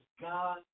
God